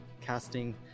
casting